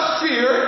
fear